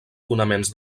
fonaments